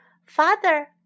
Father